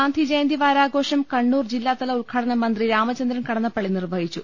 ഗാന്ധി ജയന്തിവാരാഘോഷം കണ്ണൂർ ജില്ലാതല ഉദ്ഘാടനം മന്ത്രി രാമചന്ദ്രൻ കടന്നപ്പള്ളി നിർവഹിച്ചു